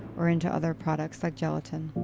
or into other products like gelatine.